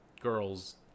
girls